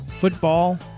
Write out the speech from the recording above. football